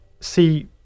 see